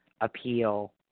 appeal